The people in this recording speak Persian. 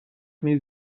نیز